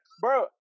Bro